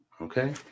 okay